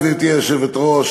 גברתי היושבת-ראש,